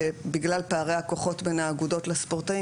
שבגלל פערי הכוחות בין האגודות לספורטאים